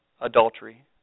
adultery